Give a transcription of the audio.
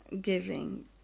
giving